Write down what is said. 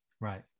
Right